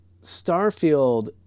Starfield